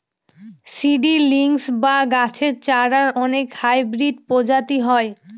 seedlings বা গাছের চারার অনেক হাইব্রিড প্রজাতি হয়